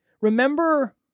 remember